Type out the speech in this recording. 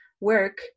work